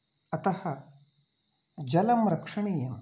अतः जलं रक्षणीयम्